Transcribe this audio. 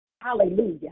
hallelujah